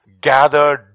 gathered